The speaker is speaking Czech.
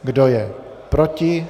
Kdo je proti?